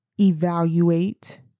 evaluate